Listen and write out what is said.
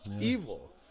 Evil